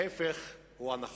ההיפך הוא הנכון.